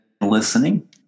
listening